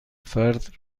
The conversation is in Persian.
فرد